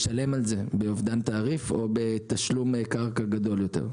הוא ישלם על זה באובדן תעריף או בתשלום קרקע גדול יותר.